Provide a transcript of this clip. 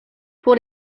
pour